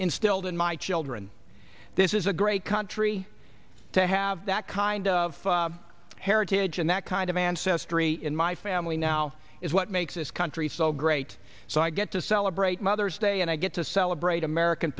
instilled in my children this is a great country to have that kind of heritage and that kind of ancestry in my family now is what makes this country so great so i get to celebrate mother's day and i get to celebrate american